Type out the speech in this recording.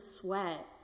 sweat